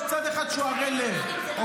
יש צד שהוא ערל לב.